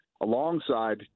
alongside